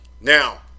Now